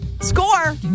score